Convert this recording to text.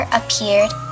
appeared